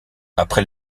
après